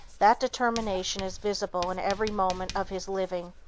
that determination is visible in every moment of his living,